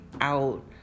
out